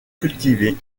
cultivées